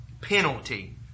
penalty